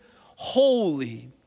holy